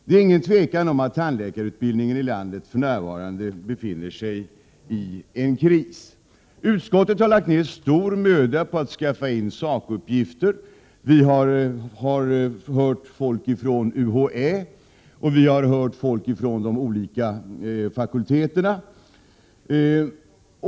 Det är inget tvivel om att tandläkarutbildningen i landet för närvarande befinner sig i en kris. Utskottet har lagt ned stor möda på att skaffa in sakuppgifter. Vi har hört folk från UHÄ, och vi har hört folk från de olika fakulteterna.